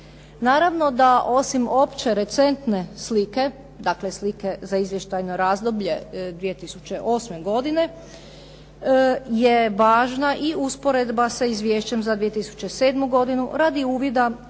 Naravno da osim opće recentne slike, dakle slike za izvještajno razdoblje 2008. godine je važna usporedba sa izvješćem za 2007. radi uvida